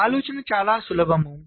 ఈ ఆలోచన చాలా సులభం